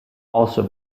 also